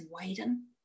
widen